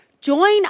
Join